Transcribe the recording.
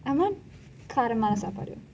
I want காரமான சாப்பாடு:kaaramana saapadu